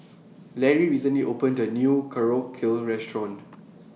Larry recently opened A New Korokke Restaurant